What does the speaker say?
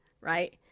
right